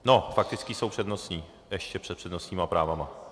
No, faktické jsou přednostní ještě před přednostními právy.